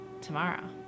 tomorrow